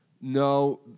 No